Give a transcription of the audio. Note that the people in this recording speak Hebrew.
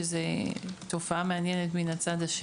שזה תופעה מעניינת מהצד הזה